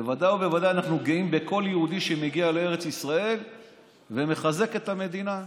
בוודאי ובוודאי אנחנו גאים בכל יהודי שמגיע לארץ ישראל ומחזק את המדינה.